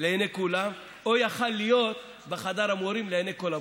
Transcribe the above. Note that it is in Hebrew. לעיני כולם או יכול היה להיות בחדר המורים לעיני כל המורים.